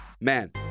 man